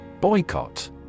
Boycott